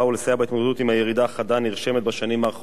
בהתמודדות עם הירידה החדה הנרשמת בשנים האחרונות